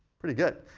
pretty good.